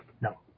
No